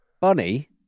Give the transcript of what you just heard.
bunny